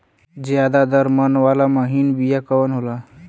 ज्यादा दर मन वाला महीन बिया कवन होला?